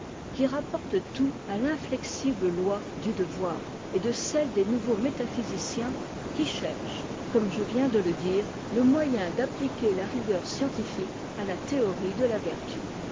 qui rapporte tout à rinneximeioi du devoir et de celle des nouveaux métaphysiciens qui cherchent comme je viens de le dire le moyen d'appliquer la rigueur scientifique à la théorie de la vertu